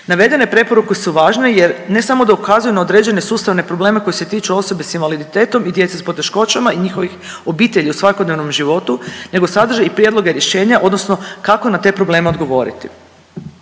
Navedene preporuke su važne jer ne samo da ukazuju na određene sustavne probleme koje se tiču osobe s invaliditetom i djece s poteškoćama i njihovih obitelji u svakodnevnom životu nego sadrže i prijedloge rješenja odnosno kako na te probleme odgovoriti.